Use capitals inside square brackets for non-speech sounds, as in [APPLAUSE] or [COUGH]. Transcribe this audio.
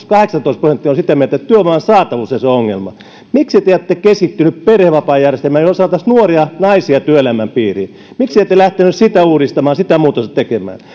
[UNINTELLIGIBLE] kahdeksantoista prosenttia on sitä mieltä että työvoiman saatavuus on se ongelma miksi te ette keskittyneet perhevapaajärjestelmään jolloin saataisiin nuoria naisia työelämän piiriin miksi ette lähteneet sitä uudistamaan sitä muutosta tekemään